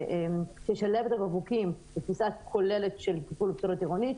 שישלב את הבקבוקים בתפיסה כוללת של טיפול בפסולת עירונית.